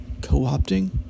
co-opting